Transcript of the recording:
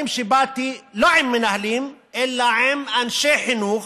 שבאתי בדברים, לא עם מנהלים, אלא עם אנשי חינוך,